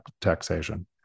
taxation